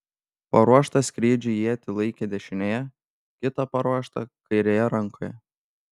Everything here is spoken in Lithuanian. paruoštą skrydžiui ietį laikė dešinėje kitą paruoštą kairėje rankoje